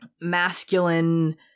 masculine